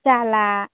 जाला